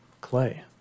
Clay